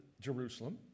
Jerusalem